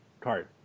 card